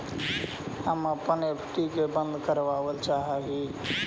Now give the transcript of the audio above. हम अपन एफ.डी के बंद करावल चाह ही